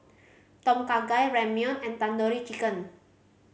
Tom Kha Gai Ramyeon and Tandoori Chicken